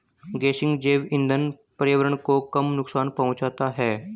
गेसिंग जैव इंधन पर्यावरण को कम नुकसान पहुंचाता है